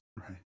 right